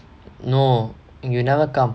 no you never come